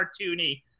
cartoony